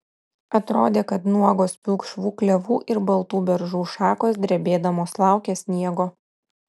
atrodė kad nuogos pilkšvų klevų ir baltų beržų šakos drebėdamos laukia sniego